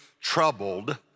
troubled